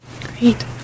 Great